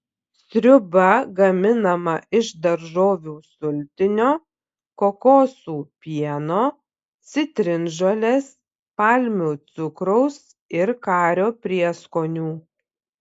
sriuba gaminama iš daržovių sultinio kokosų pieno citrinžolės palmių cukraus ir kario prieskonių